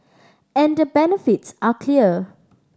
and the benefits are clear